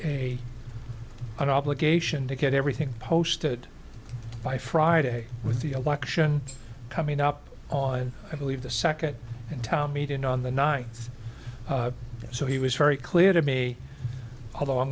a an obligation to get everything posted by friday with the election coming up on i believe the second in town meeting on the night so he was very clear to me although i'm